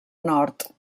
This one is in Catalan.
nord